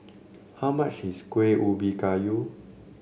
how much is Kuih Ubi Kayu